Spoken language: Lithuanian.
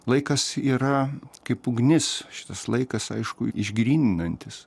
laikas yra kaip ugnis šitas laikas aišku išgryninantis